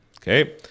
Okay